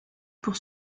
pour